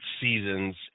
seasons